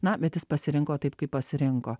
na bet jis pasirinko taip kaip pasirinko